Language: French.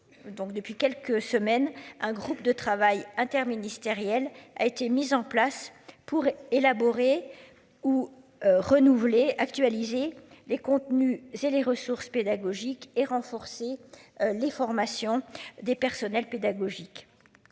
depuis quelques semaines, un groupe de travail interministériel a été mis en place pour élaborer ou. Renouveler actualiser les contenus. J'ai les ressources pédagogiques et renforcer les formations des personnels pédagogiques.